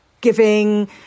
giving